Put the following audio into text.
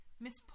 Miss